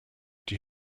die